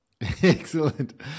Excellent